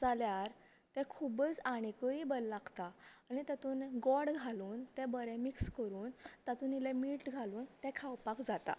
जाल्यार तें खूबच आनीकय बरें लागता आनी तातूंत गोड घालून तें बरें मिक्स करून तातूंत इल्लें मीठ घालून तें खावपाक जाता